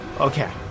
Okay